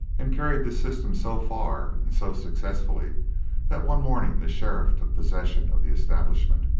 and carried this system so far and so successfully that one morning the sheriff took possession of the establishment,